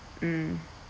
mm